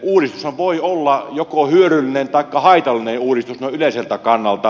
uudistushan voi olla joko hyödyllinen taikka haitallinen uudistus noin yleiseltä kannalta